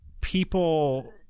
people